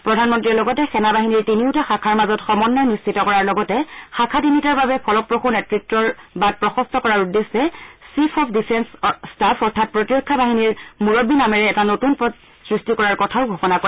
প্ৰধানমন্ত্ৰীয়ে লগতে সেনাবাহিনীৰ তিনিওটা শাখাৰ মাজত সমন্বয় নিশ্চিত কৰাৰ লগতে শাখা তিনিটাৰ বাবে ফলপ্লসূ নেত্ৰত্বৰ বাট প্ৰশস্ত কৰাৰ উদ্দেশ্যে চীফ অব্ ডিফেল ষ্টাফ অৰ্থাৎ প্ৰতিৰক্ষা বাহিনীৰ মূৰববী নামেৰে এটা নতুন পদ সৃষ্টি কৰাৰ কথাও ঘোষণা কৰে